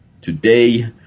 Today